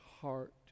heart